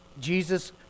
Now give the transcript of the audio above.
Jesus